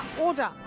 order